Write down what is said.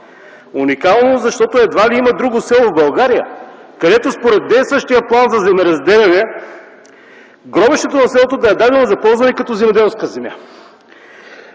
Уникално, защото едва ли има друго село в България, където, според действащия план за земеразделяне гробището на селото да е дадено за ползване като земеделска земя.